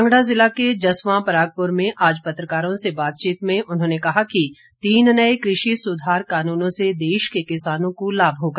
कांगड़ा ज़िले के जस्वां परागपुर में आज पत्रकारों से बातचीत में उन्होंने कहा कि तीन नए कृषि सुधार कानूनों से देश के किसानों को लाभ होगा